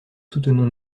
soutenons